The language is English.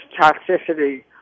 toxicity